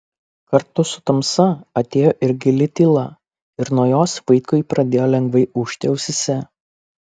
kartu su tamsa atėjo ir gili tyla ir nuo jos vaitkui pradėjo lengvai ūžti ausyse